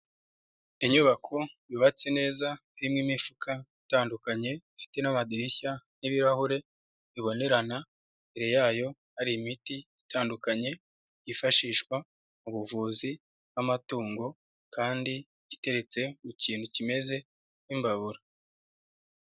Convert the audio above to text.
Inyubako yubatse neza, harimo imifuka itandukanye, ifite n'amadirishya n'ibirahure bibonerana, imbere yayo hari imiti itandukanye yifashishwa mu ubuvuzi bw'amatungo, kandi iteretse ku kintu kimeze nk'imbabura.